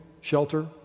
shelter